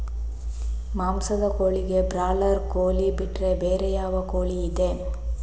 ಮಾಂಸದ ಕೋಳಿಗೆ ಬ್ರಾಲರ್ ಕೋಳಿ ಬಿಟ್ರೆ ಬೇರೆ ಯಾವ ಕೋಳಿಯಿದೆ?